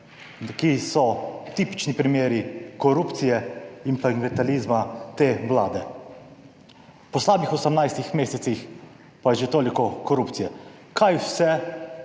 ki so tipični primeri korupcije in klientelizma te vlade. Po slabih 18-ih mesecih pa je že toliko korupcije. Kaj vse